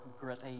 gritty